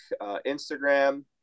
Instagram